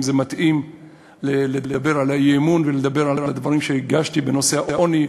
אם זה מתאים לדבר על האי-אמון ולדבר על הדברים שהגשתי בנושא העוני,